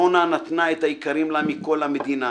רונה נתנה את היקרים לה מכל למדינה